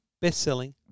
best-selling